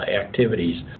activities